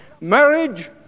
marriage